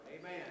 Amen